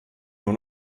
nur